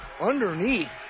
underneath